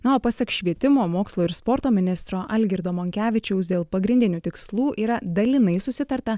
na o pasak švietimo mokslo ir sporto ministro algirdo monkevičiaus dėl pagrindinių tikslų yra dalinai susitarta